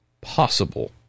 possible